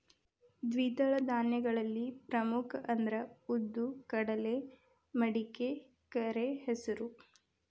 ದ್ವಿದಳ ಧಾನ್ಯಗಳಲ್ಲಿ ಪ್ರಮುಖ ಅಂದ್ರ ಉದ್ದು, ಕಡಲೆ, ಮಡಿಕೆ, ಕರೆಹೆಸರು